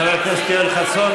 חבר הכנסת יואל חסון,